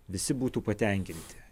visi būtų patenkinti